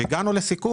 הגענו לסיכום,